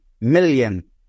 million